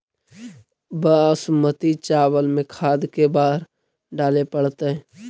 बासमती चावल में खाद के बार डाले पड़तै?